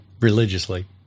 religiously